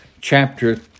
chapter